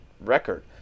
record